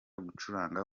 gucuranga